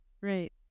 right